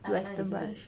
western brunch